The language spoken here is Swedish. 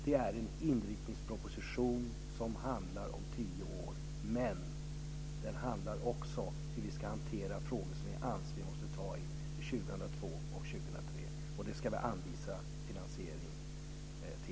Det är en inriktningsproposition som handlar om tio år, men den handlar också om hur vi ska hantera frågor som vi måste ta tag i för 2002 och 2003 och hur de ska finansieras.